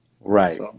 Right